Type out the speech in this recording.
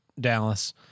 dallas